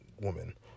woman